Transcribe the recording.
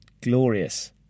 glorious